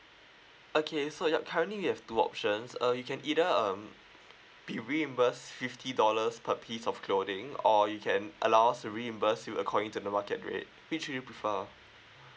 okay so yup currently we have two options uh you can either um be reimbursed fifty dollars per piece of clothing or you can allow us to reimburse you according to the market rate which do you prefer